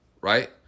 right